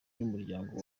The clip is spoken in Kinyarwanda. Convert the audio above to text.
n’umuryango